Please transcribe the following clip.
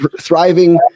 thriving